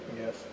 Yes